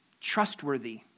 trustworthy